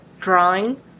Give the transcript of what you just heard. drawing